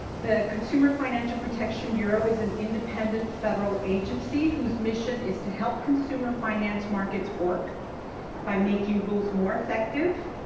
the consumer financial protection bureau is an independent federal agency whose mission is to help consumer finance markets work by making rules more effectives,